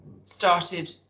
started